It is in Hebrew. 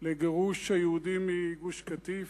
לגירוש היהודים מגוש-קטיף,